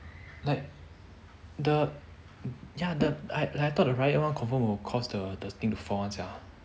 like the ya the like like I thought the riot around confirm will cause the thing to fall one sia